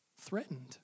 threatened